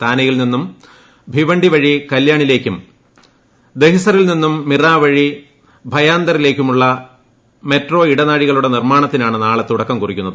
താനെയിൽ നിന്നും ഭിവണ്ടി വഴി കല്യാണിലേക്കും ദഹിസറിൽ നിന്നും മിറാവഴി ഭയാന്ദറിലേക്കുമുള്ള മെട്രോ ഇടനാഴികളുടെ നിർമ്മാണത്തിനാണ് നാളെ തുടക്കം കുറിക്കുന്നത്